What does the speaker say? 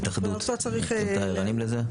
ההתאחדות, אתם עירניים לזה?